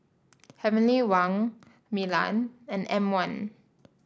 Heavenly Wang Milan and M one